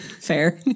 Fair